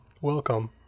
welcome